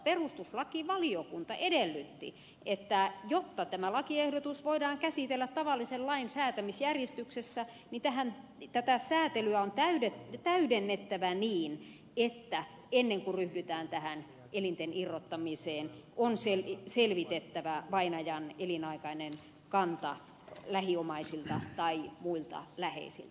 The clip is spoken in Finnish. mutta perustuslakivaliokunta edellytti että jotta tämä lakiehdotus voidaan käsitellä tavallisen lain säätämisjärjestyksessä tätä säätelyä on täydennettävä niin että ennen kuin ryhdytään tähän elinten irrottamiseen on selvitettävä vainajan elinaikainen kanta lähiomaisilta tai muilta läheisiltä